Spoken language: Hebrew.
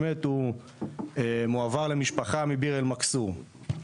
הוא באמת מועבר למשפחה מביר אל-מכסור.